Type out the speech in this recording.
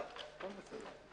בבקשה.